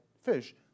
fish